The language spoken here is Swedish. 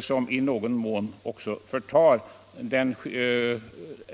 som i någon mån skulle förta den